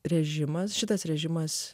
režimas šitas režimas